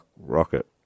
rocket